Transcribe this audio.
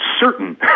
certain